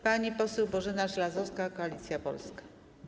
Pani poseł Bożena Żelazowska, Koalicja Polska.